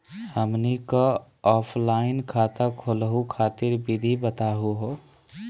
हमनी क ऑफलाइन खाता खोलहु खातिर विधि बताहु हो?